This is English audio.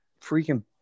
freaking